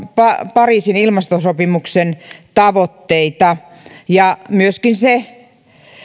pariisin ilmastosopimuksen tavoitteita myöskin se